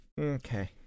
okay